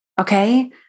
okay